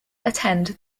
attend